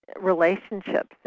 relationships